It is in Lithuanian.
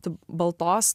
tu baltos